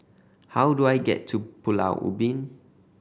how do I get to Pulau Ubin